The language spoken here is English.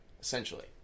essentially